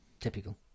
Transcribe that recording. Typical